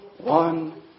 one